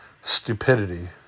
stupidity